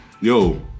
yo